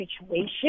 situation